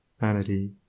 vanity